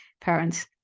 parents